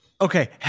Okay